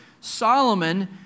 Solomon